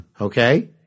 okay